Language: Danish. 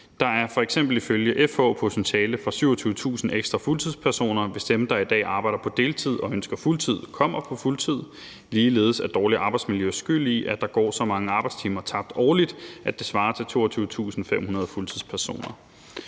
Der er f.eks. ifølge FH et potentiale for 27.000 ekstra fuldtidspersoner, hvis dem, der i dag arbejder på deltid og ønsker fuldtid, kommer på fuld tid. Ligeledes er dårligt arbejdsmiljø skyld i, at der går så mange arbejdstimer tabt årligt, at det svarer til 22.500 fuldtidspersoner.